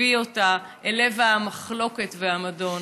מביא אותה אל לב המחלוקת והמדון.